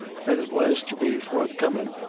that it was to be forthcomin',